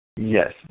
Yes